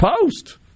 Post